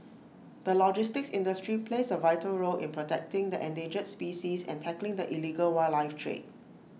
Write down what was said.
the logistics industry plays A vital role in protecting the endangered species and tackling the illegal wildlife trade